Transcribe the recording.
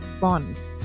bonds